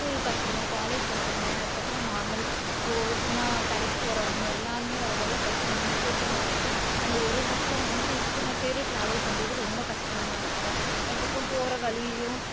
school பசங்க college பசங்க அதுக்கப்புறம் நார்மல் இப்போது சும்மா கடைக்குப் போகிறவங்க எல்லாருமே வர்றதால் பஸ்ஸு ரொம்ப கூட்டமாக இருக்கும் அந்த ஒரு பஸ்ஸில் வந்து இத்தனை பேரு ட்ராவல் பண்றது ரொம்ப கஷ்டமாக இருக்கும் அதுக்கப்புறம் போகிற வழியிலேயும்